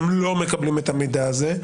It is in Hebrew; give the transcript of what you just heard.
הם לא מקבלים את המידע הזה,